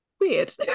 weird